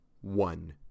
One